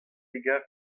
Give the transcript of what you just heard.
égard